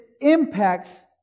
impacts